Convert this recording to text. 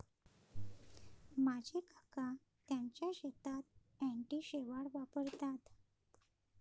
माझे काका त्यांच्या शेतात अँटी शेवाळ वापरतात